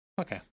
Okay